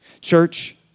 Church